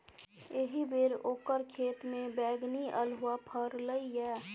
एहिबेर ओकर खेतमे बैगनी अल्हुआ फरलै ये